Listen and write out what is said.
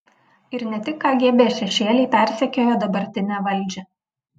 ir ne tik kgb šešėliai persekiojo dabartinę valdžią